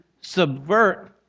subvert